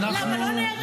למה, לא נהרג?